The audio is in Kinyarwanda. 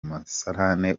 musarane